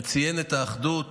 שציין את האחדות